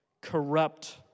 corrupt